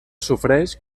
sofreix